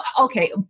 okay